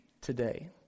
today